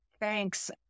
Thanks